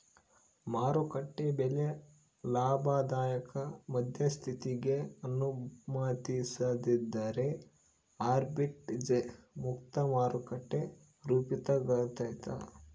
ಮಾರುಕಟ್ಟೆ ಬೆಲೆ ಲಾಭದಾಯಕ ಮಧ್ಯಸ್ಥಿಕಿಗೆ ಅನುಮತಿಸದಿದ್ದರೆ ಆರ್ಬಿಟ್ರೇಜ್ ಮುಕ್ತ ಮಾರುಕಟ್ಟೆ ರೂಪಿತಾಗ್ತದ